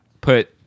put